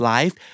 Life